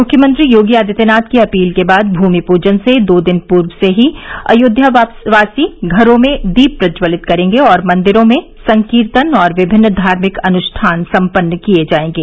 मुख्यमंत्री योगी आदित्यनाथ की अपील के बाद भूमि पूजन से दो दिन पूर्व से ही अयोध्यावासी घरों में दीप प्रज्वलित करेंगे और मंदिरों में संकीर्तन और विभिन्न धार्मिक अनुष्ठान संपन्न किये जायेंगे